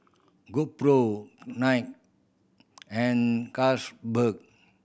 GoPro Night and Carlsberg